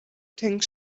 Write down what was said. think